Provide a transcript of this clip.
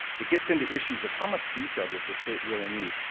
it gets into issues of how much detail does the state really need.